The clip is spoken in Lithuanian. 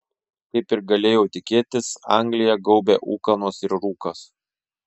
kaip ir galėjau tikėtis angliją gaubė ūkanos ir rūkas